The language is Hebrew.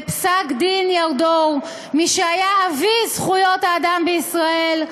בפסק-דין ירדור, מי שהיה אבי זכויות האדם בישראל,